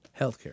Healthcare